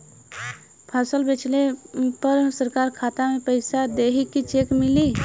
फसल बेंचले पर सरकार खाता में पैसा देही की चेक मिली?